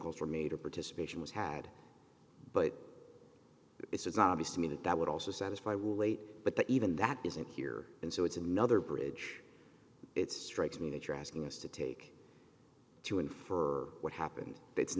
calls were made or participation was had but it's obvious to me that that would also satisfy weight but that even that isn't here and so it's another bridge it strikes me that you're asking us to take to infer what happened it's